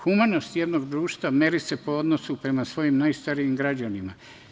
Humanost jednog društva meri se po odnosu prema svojim najstarijim građanima.